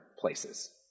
places